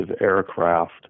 aircraft